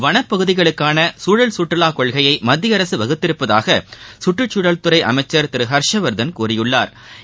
வனப்பகுதிகளுக்கானசுழல் சுற்றுலாகொள்கையைமத்தியஅரசுவகுத்துள்ளதாகசுற்றுச்சூழல் துறைஅமைச்சா் திருஹா்ஷவா்த்தன் கூறியுள்ளாா்